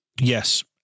Yes